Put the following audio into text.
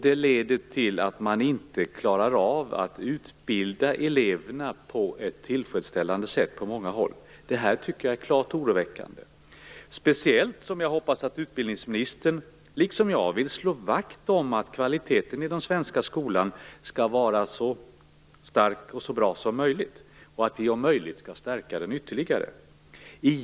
Det leder till att man på många håll inte klarar att utbilda eleverna på ett tillfredsställande sätt. Jag tycker att det här är klart oroväckande. Jag hoppas att utbildningsministern liksom jag vill slå vakt om att kvaliteten i den svenska skolan skall vara så bra som möjligt och om det är görligt bör stärkas ytterligare.